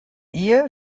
ehe